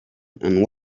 and